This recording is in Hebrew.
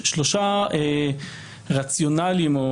יש שלושה רציונלים או